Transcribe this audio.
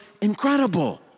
incredible